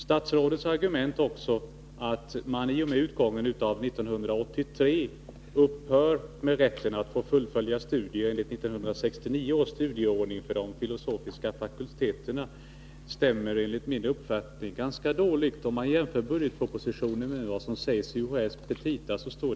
Statsrådets argument att man i och med utgången av 1983 upphör med rätten att få fullfölja studier enligt 1969 års studieordning för de filosofiska fakulteterna stämmer enligt min uppfattning ganska dåligt, om man jämför budgetpropositionen med vad som sägs i UHÄ:s petita.